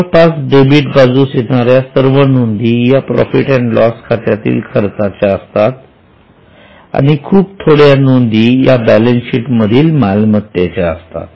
जवळपास डेबिट बाजूस येणाऱ्या सर्व नोंदी या प्रॉफिट अँड लॉस खात्यातील खर्चाच्या असतात आणि खुप थोड्या नोंदी या बॅलन्सशीट मधील मालमत्तेच्या असतात